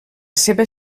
seva